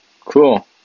cool